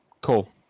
cool